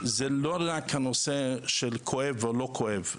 זה לא רק הנושא של כואב או לא כואב.